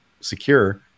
secure